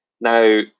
Now